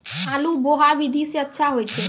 आलु बोहा विधि सै अच्छा होय छै?